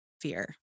fear